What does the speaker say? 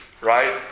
right